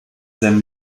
seinen